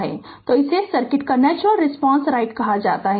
तो इसे सर्किट का नेचुरल रिस्पांस राईट कहा जाता है